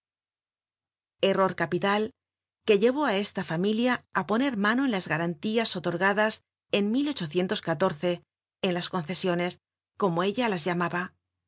error capital que llevó á esta familia á poner mano en las garantías tomo iv i á otorgadas en en las concesiones como ella las llamaba